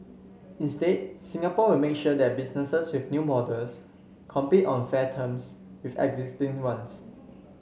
instead Singapore will make sure that businesses with new models compete on fair terms with existing ones